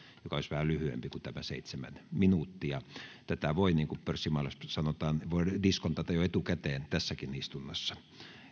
joka olisi vähän lyhyempi kuin tämä seitsemän minuuttia tätä voi niin kuin pörssimaailmassa sanotaan diskontata jo etukäteen tässäkin istunnossa